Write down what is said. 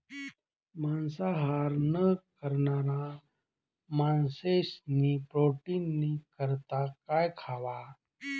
मांसाहार न करणारा माणशेस्नी प्रोटीननी करता काय खावा